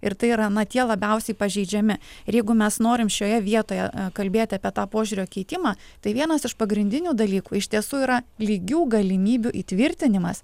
ir tai yra na tie labiausiai pažeidžiami ir jeigu mes norim šioje vietoje kalbėti apie tą požiūrio keitimą tai vienas iš pagrindinių dalykų iš tiesų yra lygių galimybių įtvirtinimas